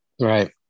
Right